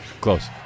close